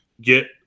get